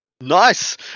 nice